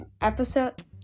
episode